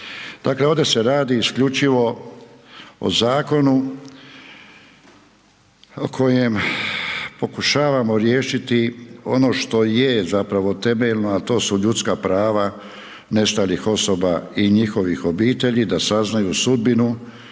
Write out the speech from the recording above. Dakle ovdje se radi isključivo o zakonu kojem pokušavamo riješiti ono što je zapravo temeljno, a to su ljudska prava nestalih osoba i njihovih obitelji, da saznaju sudbinu